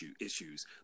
issues